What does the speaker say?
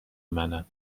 منن